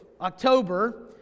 October